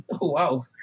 Wow